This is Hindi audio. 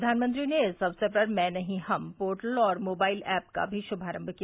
प्रधानमंत्री ने इस अवसर पर मैं नहीं हम पोर्टल और मोबाइल एप का भी शुमारम किया